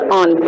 on